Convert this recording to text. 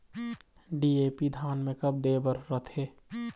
DAP धान मे कब दे बर रथे?